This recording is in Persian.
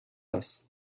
است